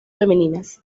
femeninas